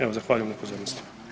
Evo zahvaljujem na pozornosti.